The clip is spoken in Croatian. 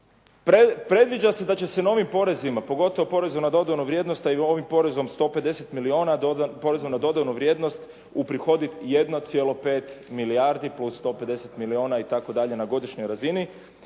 Predviđa se da će se novim porezima, pogotovo porezu na dodanu vrijednost, a i ovim porezom 150 milijuna poreza na dodanu vrijednost uprihoditi 1,5 milijardi plus 150 milijuna itd. na godišnjoj razini.